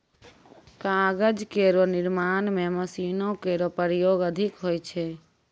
कागज केरो निर्माण म मशीनो केरो प्रयोग अधिक होय छै